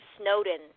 Snowden